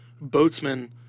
boatsmen